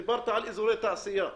דברת על אזורי תעשייה.